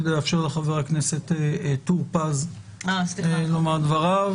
כדי לאפשר לחבר הכנסת טור פז לומר את דבריו,